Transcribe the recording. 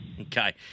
Okay